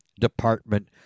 department